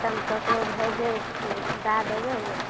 हम ककरो भेजै छियै दय देबै ने